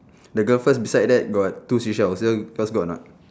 the girl first beside that got two seashells so you girl got or not